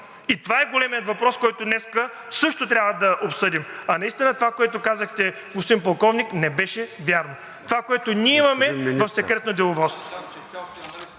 Това е големият въпрос, който днес също трябва да обсъдим. Наистина това, което казахте, господин Полковник, не беше вярно – това, което ние имаме в Секретното деловодство!